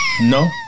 No